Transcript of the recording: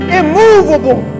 immovable